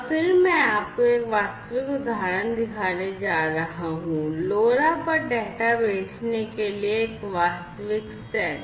और फिर मैं आपको एक वास्तविक उदाहरण दिखाने जा रहा हूं LoRa पर डेटा भेजने के लिए एक वास्तविक सेट